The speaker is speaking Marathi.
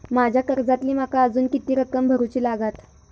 माझ्या कर्जातली माका अजून किती रक्कम भरुची लागात?